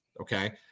okay